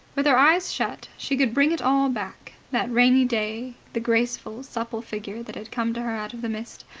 with her eyes shut, she could bring it all back that rainy day, the graceful, supple figure that had come to her out of the mist,